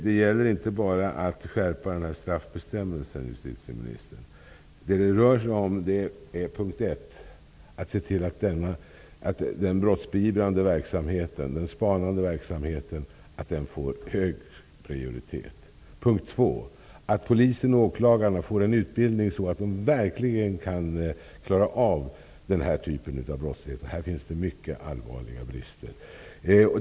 Det rör sig för det första om att den brottsbeivrande verksamheten, den spanande verksamheten, får hög prioritet. För det andra rör det sig om att polisen och åklagarna för en sådan utbildning att de verkligen kan klara av den här typen av brottslighet. Här finns det mycket allvarliga brister.